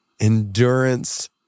Endurance